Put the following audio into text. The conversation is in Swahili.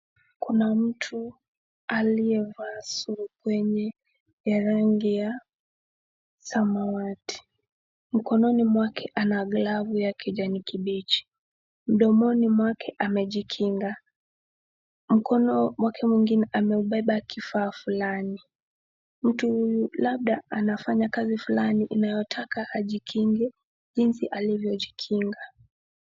Kuna mtu aliyevaa suruprenye ya rangi ya samawati. Mkononi mwake ana glavu ya kijani kibichi, mdomoni mwake amejikinga, mkono wake mwingine amebeba kifaa fulani. Mtu huyu labda anafanya kazi fulani inayotaka ajikinge jinsi alivyojikinga.